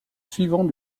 suivant